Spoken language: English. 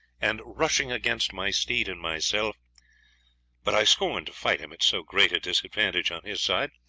and rushed against my steed and myself but i scorned to fight him at so great a disadvantage on his side,